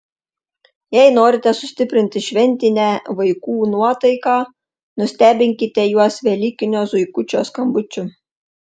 jei norite sustiprinti šventinę vaikų nuotaiką nustebinkite juos velykinio zuikučio skambučiu